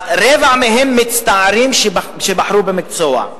אז רבע מהם מצטערים שבחרו במקצוע.